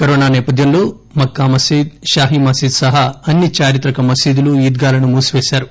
corona నేపథ్యంలో మక్కా మసీద్ షాహీ మసీద్ సహా అన్సి చారిత్రక మసీదులు ఈద్గాలను మూసివేశారు